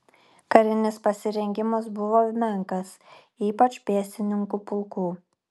karinis pasirengimas buvo menkas ypač pėstininkų pulkų